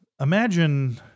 Imagine